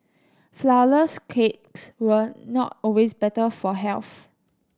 flourless cakes were not always better for health